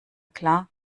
klar